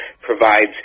provides